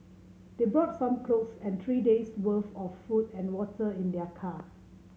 they brought some clothes and three day's worth of food and water in their car